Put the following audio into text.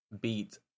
beat